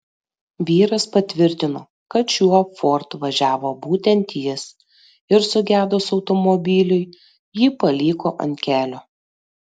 vyras patvirtino kad šiuo ford važiavo būtent jis ir sugedus automobiliui jį paliko ant kelio